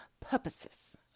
purposes